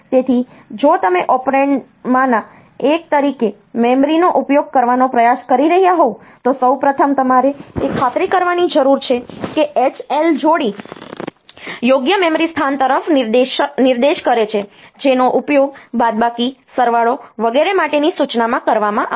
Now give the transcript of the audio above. તેથી જો તમે ઓપરેન્ડમાંના એક તરીકે મેમરીનો ઉપયોગ કરવાનો પ્રયાસ કરી રહ્યાં હોવ તો સૌ પ્રથમ તમારે એ ખાતરી કરવાની જરૂર છે કે H L જોડી યોગ્ય મેમરી સ્થાન તરફ નિર્દેશ કરે છે જેનો ઉપયોગ બાદબાકીસરવાળો વગેરે માટેની સૂચનામાં કરવામાં આવશે